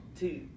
two